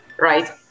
Right